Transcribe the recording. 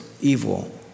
evil